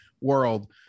world